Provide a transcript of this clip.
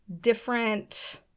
different